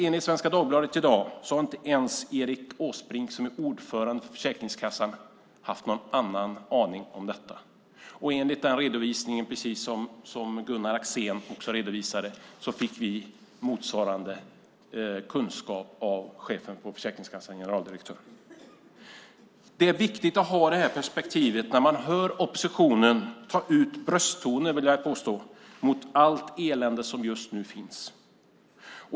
Enligt dagens nummer av Svenska Dagbladet har inte ens Erik Åsbrink, som är ordförande i Försäkringskassan, haft någon aning om detta. Som Gunnar Axén redovisade fick vi motsvarande kunskap av generaldirektören för Försäkringskassan. Det är viktigt att ha detta perspektiv i minnet när man hör oppositionen ta till brösttoner, vill jag påstå, mot allt elände som just nu finns.